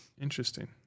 Interesting